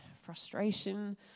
frustration